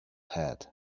had